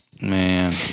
Man